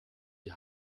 die